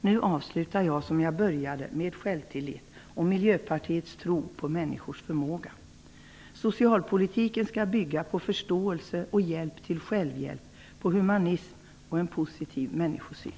Jag vill avsluta, som jag började, med självtillit och Miljöpartiets tro på människors förmåga. Socialpolitiken skall bygga på förståelse och hjälp till självhjälp, på humanism och en positiv människosyn.